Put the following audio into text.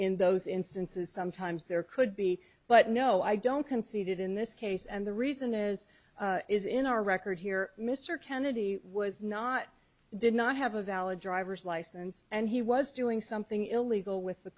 in those instances sometimes there could be but no i don't conceded in this case and the reason is is in our record here mr kennedy was not did not have a valid driver's license and he was doing something illegal with the